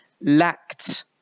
lacked